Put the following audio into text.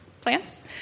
plants